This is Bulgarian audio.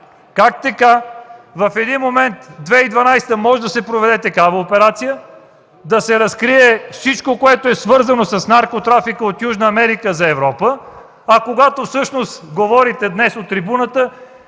Как така в един момент 2012 г. може да се проведе такава операция, да се разкрие всичко, което е свързано с наркотрафика от Южна Америка за Европа, а когато всъщност говорите днес от трибуната,